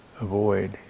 avoid